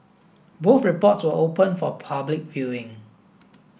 both reports were open for public viewing